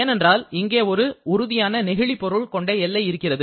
ஏனென்றால் இங்கே ஒரு உறுதியான நெகிழி பொருள் கொண்ட எல்லை இருக்கிறது